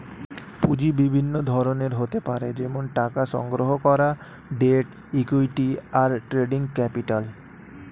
পুঁজি বিভিন্ন ধরনের হতে পারে যেমন টাকা সংগ্রহণ করা, ডেট, ইক্যুইটি, আর ট্রেডিং ক্যাপিটাল